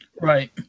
Right